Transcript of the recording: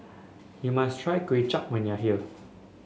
you must try Kuay Chap when you are here